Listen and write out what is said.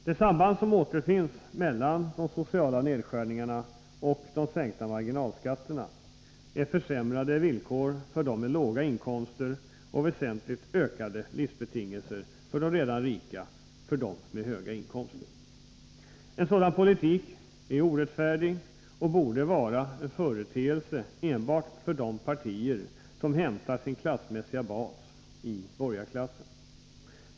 Det samband som återfinns mellan de sociala nedskärningarna och de sänkta marginalskatterna är försämrade villkor för dem som har låga inkomster och väsentligt ökade livsbetingelser för de redan rika, för dem med höga inkomster. En sådan politik är orättfärdig och borde vara en företeelse enbart för de partier som hämtar sin klassmässiga bas i borgarklassen.